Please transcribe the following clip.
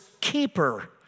keeper